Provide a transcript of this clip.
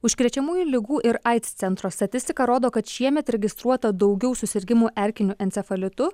užkrečiamųjų ligų ir aids centro statistika rodo kad šiemet registruota daugiau susirgimų erkiniu encefalitu